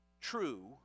true